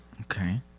Okay